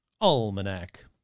Almanac